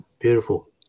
beautiful